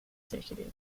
executive